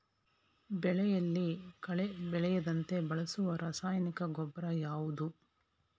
ಬೆಳೆಯಲ್ಲಿ ಕಳೆ ಬೆಳೆಯದಂತೆ ಬಳಸುವ ರಾಸಾಯನಿಕ ಗೊಬ್ಬರ ಯಾವುದು?